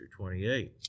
28